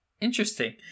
interesting